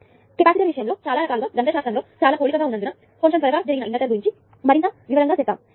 కాబట్టి కెపాసిటర్ విషయంలో చాలా రకాలుగా గణితశాస్త్రంలో చాలా పోలికగా ఉన్నందున కొంచెం త్వరగా జరిగిన ఇండక్టర్ గురించి మరింత వివరంగా చెప్పాను